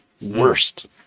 Worst